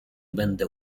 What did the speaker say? będę